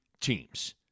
teams